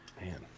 Man